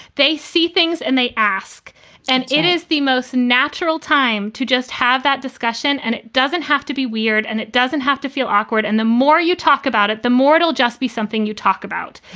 they see things and they ask and it is the most natural time to just have that discussion. and it doesn't have to be weird and it doesn't have to feel awkward. and the more you talk about it, the more it'll just be something you talk about.